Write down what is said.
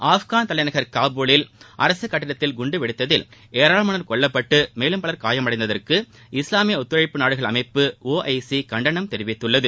ஆப்கன் தலைநகள் காபூரில் அரசு கட்டிடத்தில் குண்டு வெடித்ததில் ஏராளமானோர் கொல்லப்பட்டு மேலும் பல் காயமடைந்ததற்கு இஸ்லாமிய ஒத்துழைப்பு நாடுகள் அமைப்பு ஒஐசி கண்டனம் தெரிவித்துள்ளது